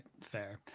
fair